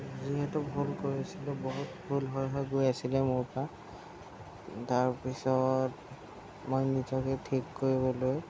যিহেতু ভুল কৰিছিলোঁ বহুত ভুল হৈ হৈ গৈ আছিলে মোৰ পৰা তাৰপিছত মই নিজকে ঠিক কৰিবলৈ